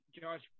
Josh